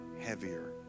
heavier